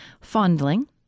fondling